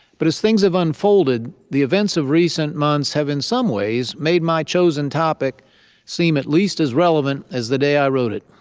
but as things have unfolded, the events of recent months have in some ways made my chosen topic seem at least as relevant as the day i wrote it.